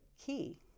key